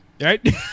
Right